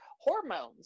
hormones